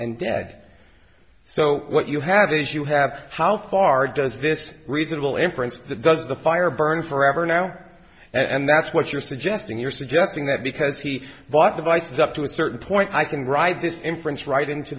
and dead so what you have is you have how far does this reasonable inference that does the fire burn forever now and that's what you're suggesting you're suggesting that because he was divisive up to a certain point i can write this inference right into